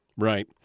Right